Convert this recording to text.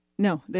No